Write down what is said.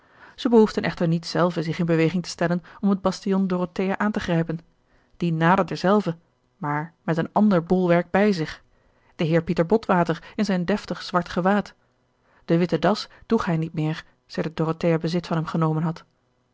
zij behoefden echter niet zelven zich in beweging te stellen om het bastion dorothea aan te grijpen die naderde zelve maar met een ander bolwerk bij zich de heer pieter botwater in zijn deftig zwart gewaad de witte das droeg hij niet meer sedert dorothea bezit van hem genomen had